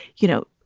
you know,